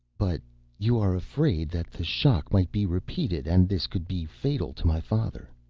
but you are afraid that the shock might be repeated, and this could be fatal to my father?